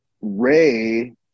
Ray